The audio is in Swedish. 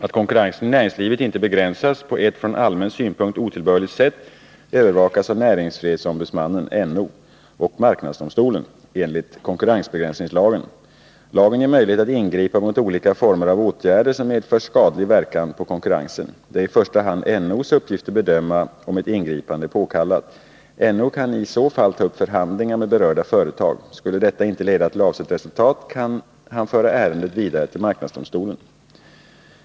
Att konkurrensen i näringslivet inte begränsas på ett från allmän synpunkt otillbörligt sätt övervakas av näringsfrihetsombudsmannen och marknadsdomstolen enligt konkurrensbegränsningslagen. Lagen ger möjlighet att ingripa mot olika former av åtgärder som medför skadlig verkan på konkurrensen. Det är i första hand NO:s uppgift att bedöma om ett ingripande är påkallat. NO kan i så fall ta upp förhandlingar med berörda företag. Skulle detta inte leda till avsett resultat, kan han föra ärendet vidare till marknadsdomstolen.